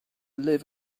live